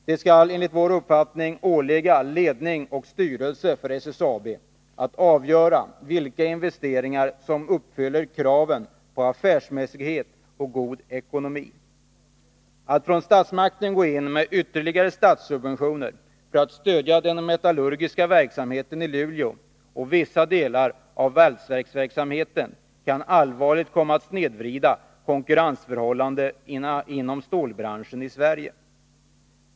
Det skall enligt vår uppfattning åligga ledning och styrelse för SSAB att avgöra vilka investeringar som uppfyller kraven på affärsmässighet och god ekonomi. Att från statsmakten gå in med ytterligare statssubventioner för att stödja den metallurgiska verksamheten i Luleå och vissa delar av valsverksverksamheten kan allvarligt komma att snedvrida konkurrensförhållandena inom stålbranschen i Sverige.